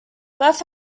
both